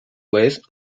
vez